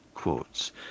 Quotes